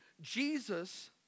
Jesus